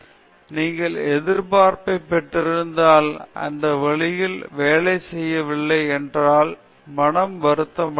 மகேஷ் பாலன் நீங்கள் எதிர்பார்ப்பைப் பெற்றிருந்தால் அந்த வழியில் வேலை செய்யவில்லை என்றால் மனம் வருத்தம் அடையும்